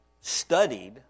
studied